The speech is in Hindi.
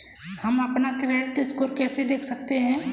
हम अपना क्रेडिट स्कोर कैसे देख सकते हैं?